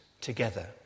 together